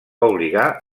obligar